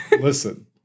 Listen